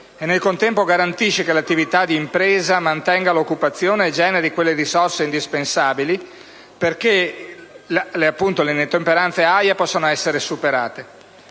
e, nel contempo, garantisce che l'attività di impresa mantenga l'occupazione e generi quelle risorse indispensabili perché le inottemperanze AIA possano essere superate.